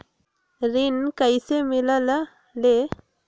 ऋण कईसे मिलल ले?